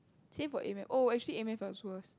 same for A maths oh actually A maths I was worse